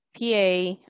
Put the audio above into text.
PA